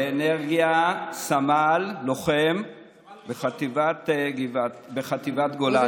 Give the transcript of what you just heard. והשר לאנרגיה, סמל, לוחם בחטיבת גולני.